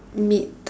meat